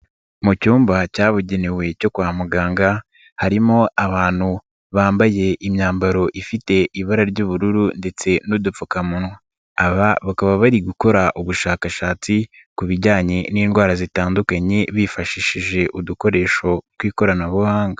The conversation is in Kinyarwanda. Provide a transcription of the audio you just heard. Mu cyumba cyabugenewe cyo kwa muganga harimo abantu bambaye imyambaro ifite ibara ry'ubururu ndetse n'udupfukamunwa, aba bakaba bari gukora ubushakashatsi ku bijyanye n'indwara zitandukanye bifashishije udukoresho tw'ikoranabuhanga.